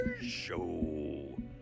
Show